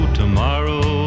tomorrow